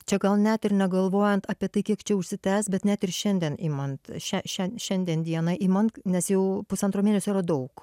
čia gal net ir negalvojant apie tai kiek čia užsitęs bet net ir šiandien imant šią šią šiandien dieną imant nes jau pusantro mėnesio yra daug